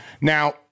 Now